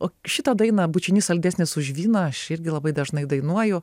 o šitą dainą bučinys saldesnis už vyną aš irgi labai dažnai dainuoju